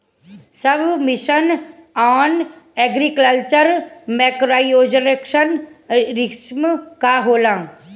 सब mission on agriculture mechanization scheme का होला?